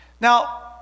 Now